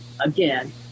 again